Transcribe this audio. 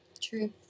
True